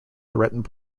threatened